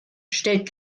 stellt